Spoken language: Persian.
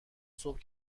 صبح